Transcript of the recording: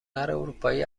اروپایی